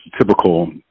typical